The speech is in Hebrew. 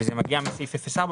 וזה מגיע מסעיף 04,